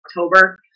October